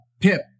Pip